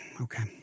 Okay